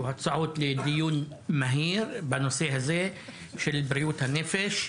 הצעות לדיון מהיר בנושא הזה של בריאות הנפש.